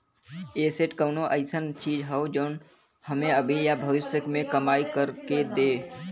asset कउनो अइसन चीज हौ जौन हमें अभी या भविष्य में कमाई कर के दे